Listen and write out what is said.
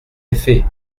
effet